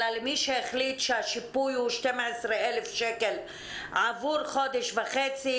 אלא למי שהחליט שהשיפוי הוא 12,000 שקל עבור חודש וחצי,